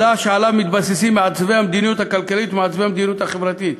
מדע שעליו מתבססים מעצבי המדיניות הכלכלית ומעצבי המדיניות החברתית.